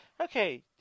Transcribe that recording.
Okay